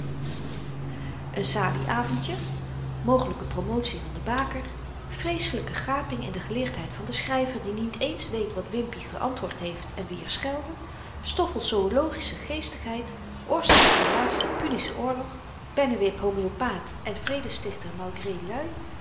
een salieavendje mogelyke promotie van de baker vreeselyke gaping in de geleerdheid van den schryver die niet eens weet wat wimpie geantwoord heeft en wie er schelde stoffel's zoölogische geestigheid oorzaak van n laatsten punischen oorlog pennewip homoeopaath en vredestichter